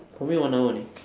for me one hour only